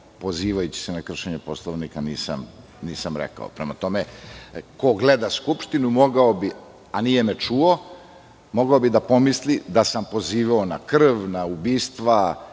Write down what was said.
pozivajući se na kršenje Poslovnika, nisam rekao. Prema tome, ko gleda Skupštinu mogao bi, a nije me čuo, da pomisli da sam pozivao na krv, na ubistva